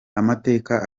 amateka